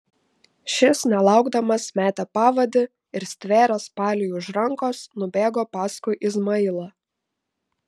šis nelaukdamas metė pavadį ir stvėręs paliui už rankos nubėgo paskui izmailą